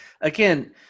again